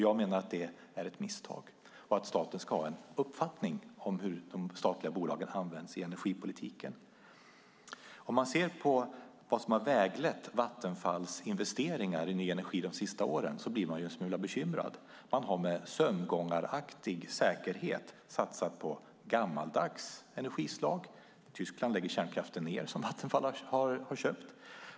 Jag menar att det är ett misstag och att staten ska ha en uppfattning om hur de statliga bolagen används i energipolitiken. Om man ser på vad som har väglett Vattenfalls investeringar i ny energi de senaste åren blir man en smula bekymrad. Man har med sömngångaraktig säkerhet satsat på gammaldags energislag; i Tyskland lägger man ned kärnkraften som Vattenfall har köpt.